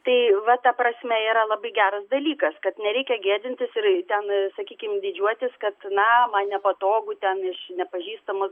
tai va ta prasme yra labai geras dalykas kad nereikia gėdintis ir ten sakykim didžiuotis kad na man nepatogu ten iš nepažįstamos